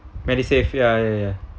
medisave ya ya ya